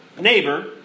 neighbor